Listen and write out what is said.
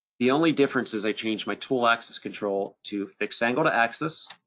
the only difference is i changed my tool axis control to fixed angled axis,